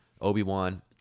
Obi-Wan